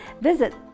visit